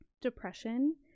depression